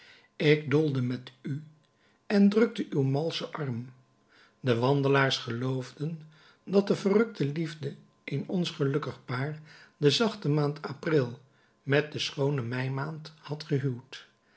ik doolde met u en drukte uw malschen arm de wandelaars geloofden dat de verrukte liefde in ons gelukkig paar de zachte maand april met de schoone meimaand had gehuwd